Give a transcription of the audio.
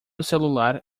celular